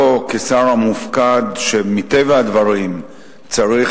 לא כשר המופקד, שמטבע הדברים צריך